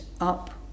up